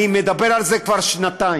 אני מדבר על זה כבר שנתיים